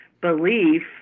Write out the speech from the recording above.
belief